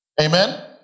Amen